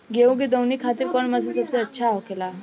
गेहु के दऊनी खातिर कौन मशीन सबसे अच्छा होखेला?